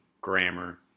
grammar